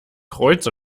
kreuz